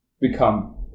become